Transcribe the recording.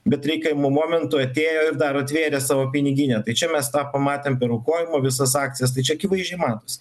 bet reikiamu momentu atėjo ir dar atvėrė savo piniginę tai čia mes tą pamatėm per aukojimą visas akcijas tai čia akivaizdžiai matosi